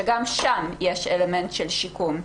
שגם שם יש אלמנט של שיקום.